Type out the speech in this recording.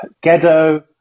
ghetto